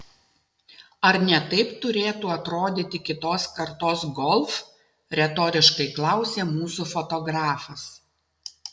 ar ne taip turėtų atrodyti kitos kartos golf retoriškai klausė mūsų fotografas